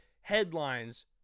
headlines